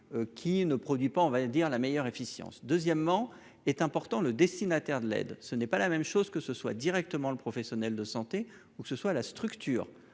Qui ne produit pas on va dire, la meilleure efficience deuxièmement est important le destinataire de l'aide. Ce n'est pas la même chose que ce soit directement le professionnel de santé ou que ce soit la structure